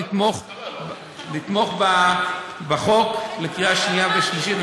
לתמוך בחוק בקריאה שנייה ושלישית.